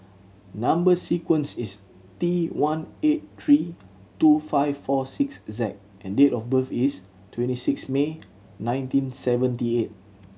number sequence is T one eight three two five four six Z and date of birth is twenty six May nineteen seventy eight